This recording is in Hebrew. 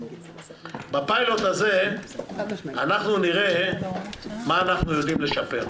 בפיילוט הזה אנחנו נראה מה אנחנו יודעים לשפר,